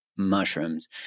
mushrooms